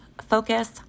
focus